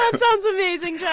and sounds amazing, yeah